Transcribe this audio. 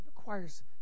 requires